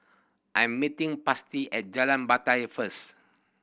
I am meeting Patsy at Jalan Batai first